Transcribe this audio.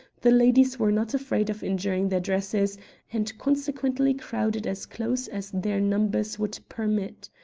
the ladies were not afraid of injuring their dresses and consequently crowded as close as their numbers would permit.